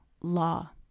law